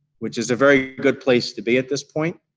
which is a very good place to be at this point.